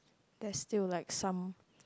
there's still like some